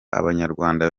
abanyarwanda